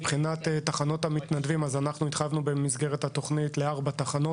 לגבי תחנות מתנדבים במסגרת התוכנית התחייבנו לארבע תחנות,